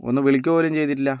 ഒന്ന് വിളിക്കുകപോലും ചെയ്തിട്ടില്ല